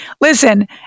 listen